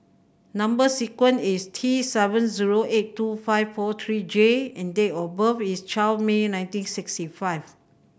number sequence is T seven zero eight two five four three J and date of birth is twelve May nineteen sixty five